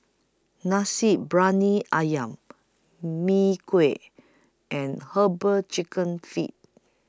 Nasi Briyani Ayam Mee Kuah and Herbal Chicken Feet